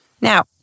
Now